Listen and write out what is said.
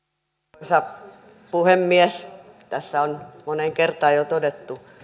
arvoisa puhemies tässä on moneen kertaan jo todettu